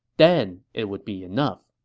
then it would be enough.